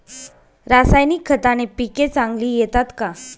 रासायनिक खताने पिके चांगली येतात का?